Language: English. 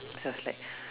so I was like